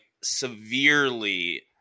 severely